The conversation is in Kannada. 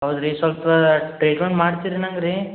ಹೌದು ರೀ ಸ್ವಲ್ಪ ಟೇಕ್ ಆನ್ ಮಾಡ್ತೀರಾ ನಂಗೆ ರೀ